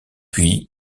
puis